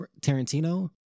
Tarantino